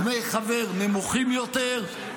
דמי חבר נמוכים יותר,